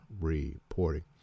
reporting